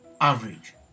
average